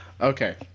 Okay